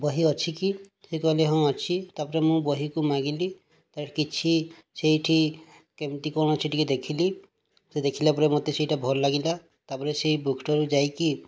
ବହି ଅଛି କି ସେ କହିଲେ ହଁ ଅଛି ତା'ପରେ ମୁଁ ବହିକୁ ମାଗିଲି ତାପରେ କିଛି ସେଇଠି କେମିତି କ'ଣ ଅଛି ଟିକିଏ ଦେଖିଲି ସେ ଦେଖିଲା ପରେ ମୋତେ ସେଇଟା ଭଲ ଲାଗିଲା ତା'ପରେ ସେହି ବୁକ ଷ୍ଟୋରରୁ ଯାଇକି